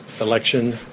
election